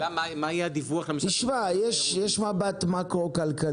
השאלה היא מה יהיה הדיווח --- יש מבט מקרו-כלכלי,